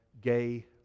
gay